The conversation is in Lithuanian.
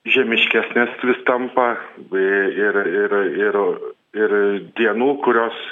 žemiškesnės vis tampa b ir ir ir ir dienų kurios